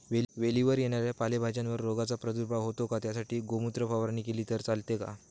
वेलीवर येणाऱ्या पालेभाज्यांवर रोगाचा प्रादुर्भाव होतो का? त्यासाठी गोमूत्र फवारणी केली तर चालते का?